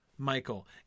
Michael